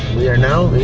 we are now